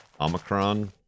Omicron